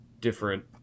different